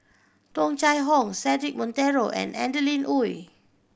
Tung Chye Hong Cedric Monteiro and Adeline Ooi